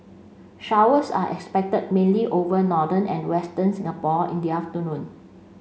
showers are expected mainly over northern and western Singapore in the afternoon